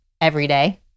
everyday